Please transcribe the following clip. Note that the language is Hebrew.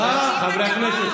בנט, אנחנו נוסעים לדרום.